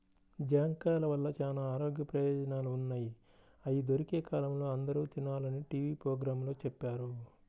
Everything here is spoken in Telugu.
జాంకాయల వల్ల చానా ఆరోగ్య ప్రయోజనాలు ఉన్నయ్, అయ్యి దొరికే కాలంలో అందరూ తినాలని టీవీ పోగ్రాంలో చెప్పారు